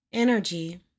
energy